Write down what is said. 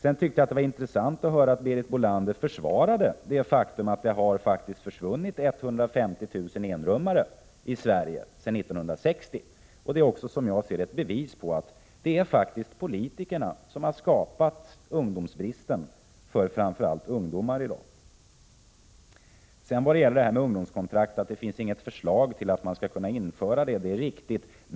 Jag tyckte det var intressant att höra Berit Bölander försvara det faktum att det faktiskt försvunnit 150 000 enrummare i Sverige sedan 1960. Detta är också ett bevis på att det är politikerna som skapat bostadsbristen för framför allt ungdomar i dag. Beträffande ungdomskontrakt är det riktigt att det inte finns något förslag om att sådana skall kunna införas.